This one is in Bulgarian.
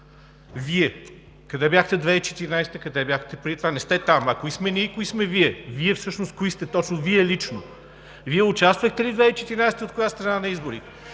Вие! Къде бяхте 2014 г., къде бяхте преди това? Не сте там! А кои сме ние, кои сте Вие? Вие всъщност кои сте точно, Вие лично? Вие участвахте ли 2014 г. – от коя страна на изборите?